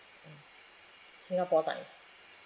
mm singapore time